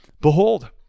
Behold